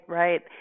right